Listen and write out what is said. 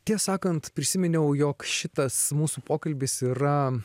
tie sakant prisiminiau jog šitas mūsų pokalbis yra